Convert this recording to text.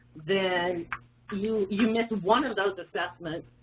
then you you miss one of those assessments,